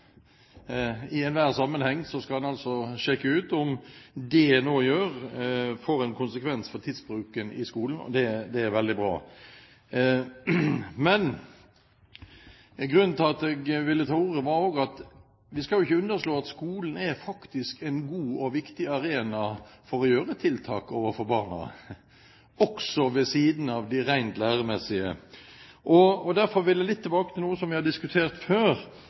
i enhver sammenheng. Så skal han altså sjekke ut om det jeg nå gjør, får en konsekvens for tidsbruken i skolen, og det er veldig bra. Men grunnen til at jeg ville ta ordet, var også for å si at vi ikke skal underslå at skolen er en god og viktig arena når det gjelder tiltak overfor barna også ved siden av de rent læremessige. Derfor vil jeg litt tilbake til noe jeg har diskutert før.